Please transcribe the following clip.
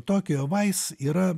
tokijo vais yra